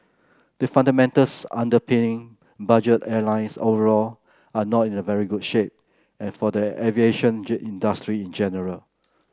the fundamentals underpinning budget airlines overall are not in a very good shape and for the aviation industry in general